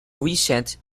recent